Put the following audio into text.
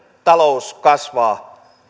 talous kasvaa